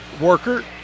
worker